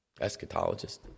Eschatologist